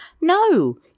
no